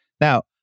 Now